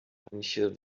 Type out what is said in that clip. manche